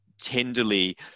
tenderly